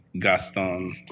Gaston